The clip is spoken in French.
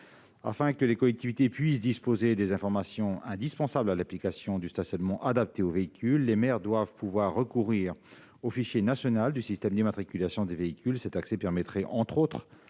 Afin que les collectivités puissent disposer des informations indispensables à l'application d'une tarification adaptée aux véhicules, les maires doivent pouvoir recourir au fichier national du système d'immatriculation des véhicules. Cet accès permettrait entre autres